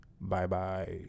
Bye-bye